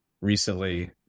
recently